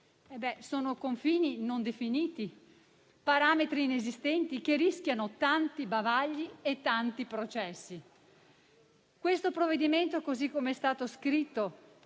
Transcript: Sono confini non definiti, parametri inesistenti che rischiano tanti bavagli e tanti processi. Questo provvedimento, così come è stato scritto,